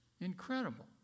Incredible